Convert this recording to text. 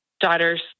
daughter's